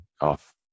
off